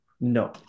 No